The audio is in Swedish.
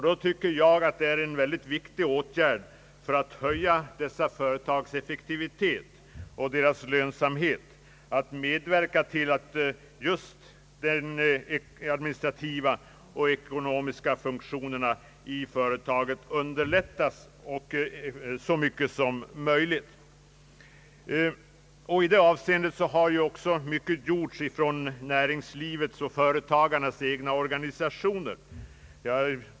Då tycker jag att det är mycket viktigt för att höja dessa företags effektivitet och lönsamhet att man söker medverka till att just det administrativa och det ekonomiska arbetet i företagen underlättas så mycket som möjligt. I det avseendet har också mycket gjorts från företagarnas egna organisationer.